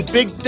Big